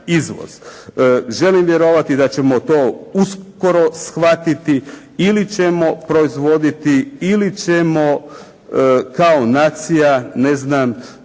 Želim vjerovati da ćemo to uskoro shvatiti ili ćemo proizvoditi ili ćemo kao nacija, ne znam,